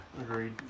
Agreed